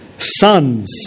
Sons